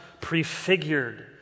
prefigured